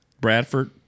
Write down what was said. Bradford